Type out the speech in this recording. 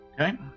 okay